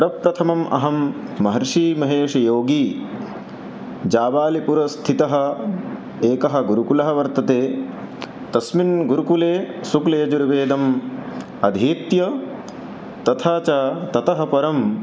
प्रथमम् अहं महर्षिमहेश्योगिनः जावालिपुरस्थितः एकः गुरुकुलः वर्तते तस्मिन् गुरुकुले शुक्लयजुर्वेदम् अधीत्य तथा च ततः परम्